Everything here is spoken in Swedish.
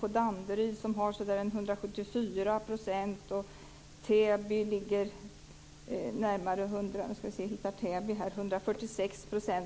Danderyd har så där 174 %, och Täby har 146 %.